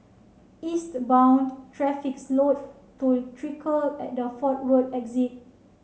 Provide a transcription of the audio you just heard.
eastbound traffic slowed to trickle at the Fort Road exit